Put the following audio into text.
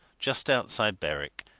just outside berwick,